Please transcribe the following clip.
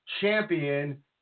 champion